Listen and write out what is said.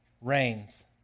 reigns